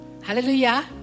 Hallelujah